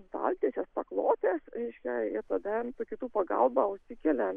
staltieses paklotes reiškia ir tada kitų pagalba užsikelia